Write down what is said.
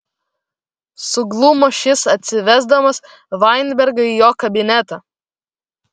suglumo šis atsivesdamas vainbergą į jo kabinetą